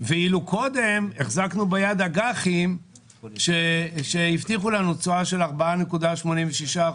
ואילו קודם החזקנו ביד אג"חים שהבטיחו לנו תשואה של 4.86%,